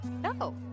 No